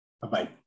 Bye-bye